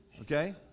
Okay